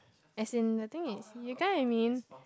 as it I think you got what I mean